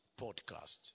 podcast